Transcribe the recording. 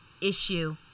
issue